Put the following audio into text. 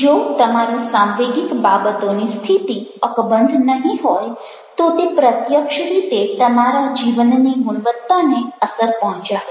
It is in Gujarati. જો તમારી સાંવેગિક બાબતોની સ્થિતિ અકબંધ નહિ હોય તો તે પ્રત્યક્ષ રીતે તમારા જીવનની ગુણવત્તાને અસર પહોંચાડે છે